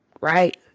right